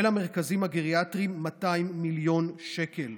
ולמרכזים הגריאטריים, 200 מיליון שקל.